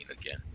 again